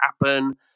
happen